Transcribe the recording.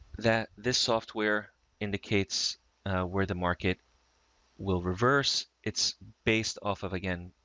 that this software indicates where the market will reverse. it's based off of again,